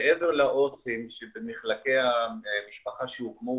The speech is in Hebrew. מעבר לעו"סים שבמחלקי המשפחה שהוקמו,